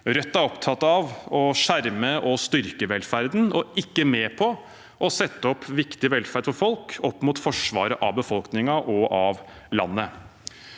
Rødt er opptatt av å skjerme og styrke velferden og er ikke med på å sette viktig velferd for folk opp mot forsvaret av befolkningen og av landet.